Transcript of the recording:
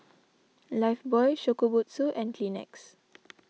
Lifebuoy Shokubutsu and Kleenex